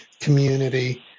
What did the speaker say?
community